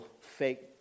fake